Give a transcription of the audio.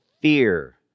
fear